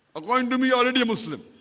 i'm going to be already a muslim.